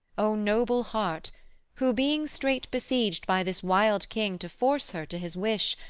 o noble heart who, being strait-besieged by this wild king to force her to his wish,